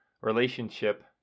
relationship